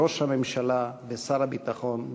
ראש הממשלה ושר הביטחון,